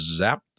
zapped